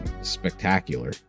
spectacular